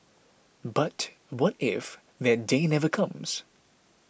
but what if that day never comes